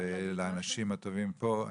ולאנשים הטובים פה.